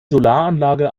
solaranlage